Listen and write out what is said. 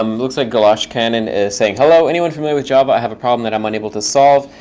um looks like galoshcanon is saying, hello, anyone familiar with java? i have a problem that i'm unable to solve.